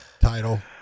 title